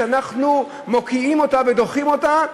שאנחנו מוקיעים אותה ודוחים אותה,